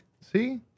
See